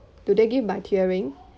do they give by tiering